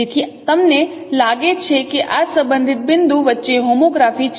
તેથી તમને લાગે છે કે આ સંબંધિત બિંદુ વચ્ચે હોમોગ્રાફી છે